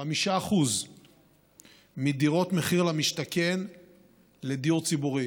5% מדירות מחיר למשתכן לדיור ציבורי.